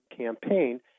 campaign